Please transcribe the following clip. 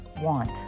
want